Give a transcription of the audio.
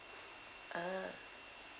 ah